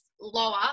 lower